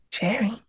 Jerry